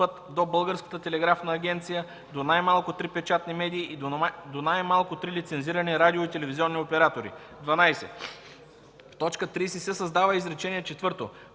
до Българската телеграфна агенция, до най-малко три печатни медии и до най-малко три лицензирани радио- и телевизионни оператори.” 12. В т. 30 се създава изречение